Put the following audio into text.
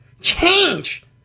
Change